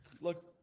look